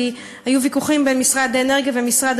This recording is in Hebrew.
כי היו ויכוחים בין משרד האנרגיה ומשרד